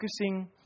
Focusing